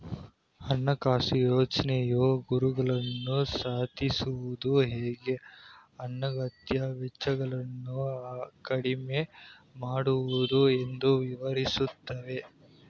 ಹಣಕಾಸು ಯೋಜ್ನೆಯು ಗುರಿಗಳನ್ನ ಸಾಧಿಸುವುದು ಹೇಗೆ ಅನಗತ್ಯ ವೆಚ್ಚಗಳನ್ನ ಕಡಿಮೆ ಮಾಡುವುದು ಎಂದು ವಿವರಿಸುತ್ತೆ